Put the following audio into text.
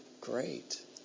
great